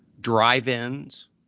drive-ins